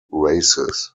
races